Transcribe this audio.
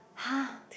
[huh]